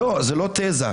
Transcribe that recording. לא, זו לא תזה.